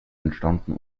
entstanden